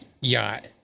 yacht